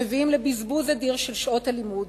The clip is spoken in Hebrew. מביאים לבזבוז אדיר של שעות לימוד,